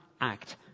act